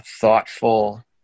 thoughtful